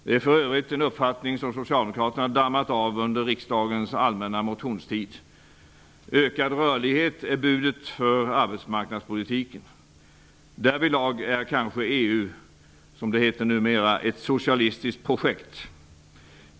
Det är för övrigt en uppfattning som socialdemokraterna har dammat av under riksdagens allmänna motionstid. ''Ökad rörlighet'' är budet för arbetsmarknadspolitiken. Därvidlag är kanske EU som det numera heter ''ett socialistiskt projekt''.